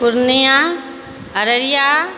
Purnia Araria